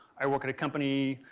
i work at a company,